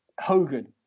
Hogan